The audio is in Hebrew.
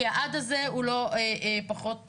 כי ה"עד" הזה הוא לא פחות חשוב.